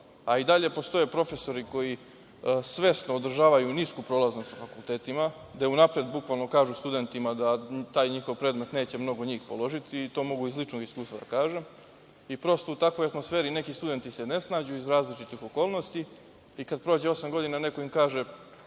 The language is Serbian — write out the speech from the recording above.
I dalje postoje profesori koji svesno održavaju nisku prolaznost na fakultetima, gde unapred kažu studentima da taj njihov predmet neće mnogo njih položiti, to mogu iz ličnog iskustva da kažem, i prosto, u takvoj atmosferi, neki studenti se ne snađu, iz različitih okolnosti, a kad prođe osam godina, neko im kaže